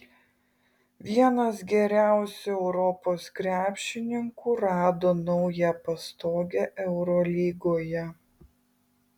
vienas geriausių europos krepšininkų rado naują pastogę eurolygoje